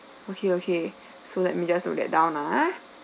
okay okay so let me just note that down ah